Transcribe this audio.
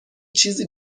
چیزی